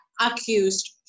accused